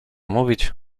mówić